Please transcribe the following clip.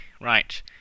right